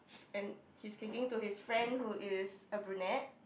and he's kicking to his friend who is a Brunette